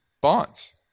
bonds